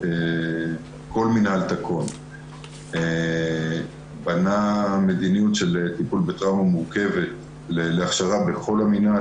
כל מינהל תקון בנה מדיניות של טיפול בטראומה מורכבת והכשרה בכל המינהל,